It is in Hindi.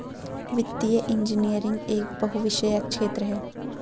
वित्तीय इंजीनियरिंग एक बहुविषयक क्षेत्र है